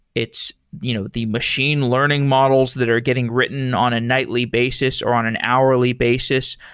it's you know the machine learning models that are getting written on a nightly basis or on an hourly basis.